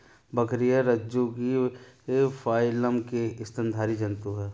बकरियाँ रज्जुकी फाइलम की स्तनधारी जन्तु है